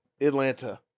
Atlanta